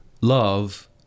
love